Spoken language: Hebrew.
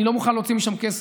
אני לא מוכן להוציא משם כסף.